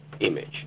image